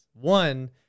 one